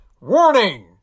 warning